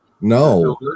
no